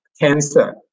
cancer